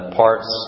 parts